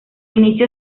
inicio